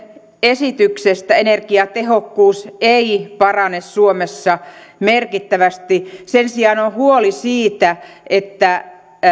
esityksestä energiatehokkuus ei parane suomessa merkittävästi sen sijaan on on huoli siitä että